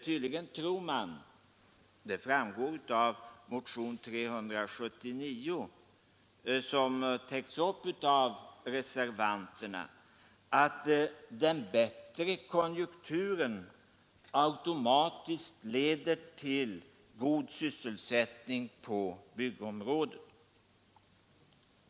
Tydligen tror man — det framgår av motionen 379, som täcks upp av reservanterna — att den bättre konjunkturen automatiskt leder till god sysselsättning på byggområdet.